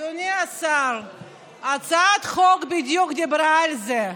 אדוני השר, הצעת החוק בדיוק דיברה על זה.